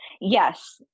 Yes